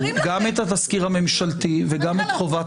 גם את התזכיר הממשלתי וגם את חובת